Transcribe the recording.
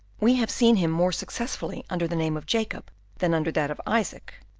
we have seen him, more successful under the name of jacob than under that of isaac,